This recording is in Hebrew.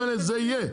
וזה יהיה,